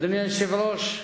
אדוני היושב-ראש,